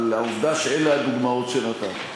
העובדה שאלו הדוגמאות שנתת.